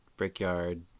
Brickyard